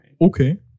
Okay